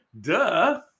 duh